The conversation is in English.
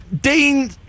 Dean